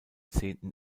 zehnten